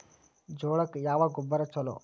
ಜೋಳಕ್ಕ ಯಾವ ಗೊಬ್ಬರ ಛಲೋ?